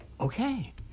okay